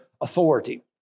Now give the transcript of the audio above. authority